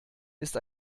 ist